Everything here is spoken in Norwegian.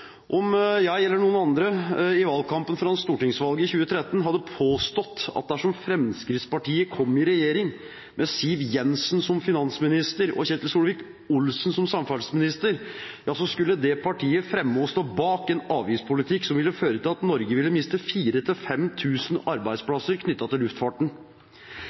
Om jeg eller noen andre i valgkampen foran stortingsvalget i 2013 hadde påstått at dersom Fremskrittspartiet kom i regjering med Siv Jensen som finansminister og Ketil Solvik-Olsen som samferdselsminister, skulle det partiet fremme og stå bak en avgiftspolitikk som ville føre til at Norge ville miste 4 000–5 000 arbeidsplasser knyttet til luftfarten,